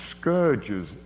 scourges